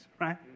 right